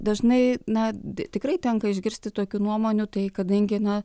dažnai na tikrai tenka išgirsti tokių nuomonių tai kadangi na